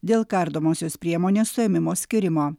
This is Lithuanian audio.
dėl kardomosios priemonės suėmimo skyrimo